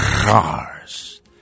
cars